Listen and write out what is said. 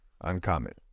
uncommon